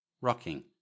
rocking